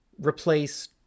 Replace